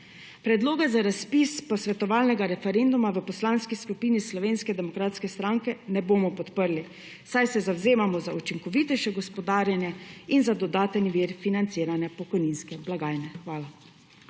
Predloge za razpis posvetovalnega referenduma v Poslanski skupini Slovenske demokratske stranke ne bomo podprli, saj se zavzemamo za učinkovitejše gospodarjenje in za dodaten vir financiranja pokojninske blagajne. Hvala.